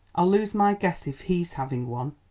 i'll lose my guess if he's having one,